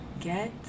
get